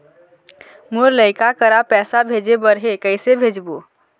मोर लइका करा पैसा भेजें बर हे, कइसे भेजबो?